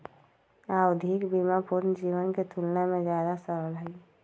आवधिक बीमा पूर्ण जीवन के तुलना में ज्यादा सरल हई